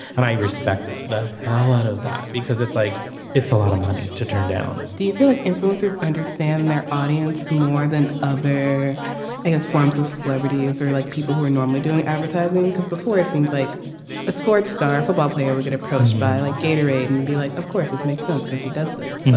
and i respect the hell out of that because it's like it's a lot of money to turn down do you feel like influencers understand their audience more than they're against forms of celebrities or like people who are normally doing advertising because before it seems like a sports star football player would get approached by like gatorade and be like. of course this makes sense because he does this.